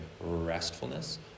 restfulness